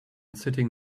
sitting